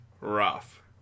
rough